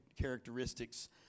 characteristics